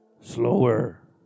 Slower